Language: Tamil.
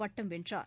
பட்டம் வென்றார்